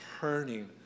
turning